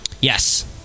Yes